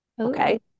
Okay